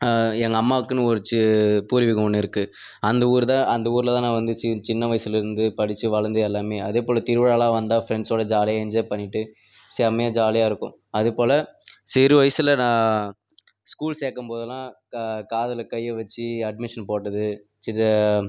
எங்கள் அம்மாவுக்குன்னு ஒரு பூர்வீகம் ஒன்று இருக்குது அந்த ஊருதான் அந்த ஊரில் தான் நான் வந்து சின்ன வயசுலேருந்து படித்து வளர்ந்து எல்லாமே அதேபோல் திருவிழால்லாம் வந்தால் ஃப்ரெண்ட்ஸோடு ஜாலியாக என்ஜாய் பண்ணிகிட்டு செம்மயாக ஜாலியாக இருக்கும் அதே போல சிறுவயசில் நான் ஸ்கூல் சேர்க்கும் போதெலாம் காதில் கையை வச்சு அட்மிஷன் போட்டது சித